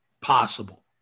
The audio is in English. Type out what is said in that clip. possible